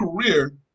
career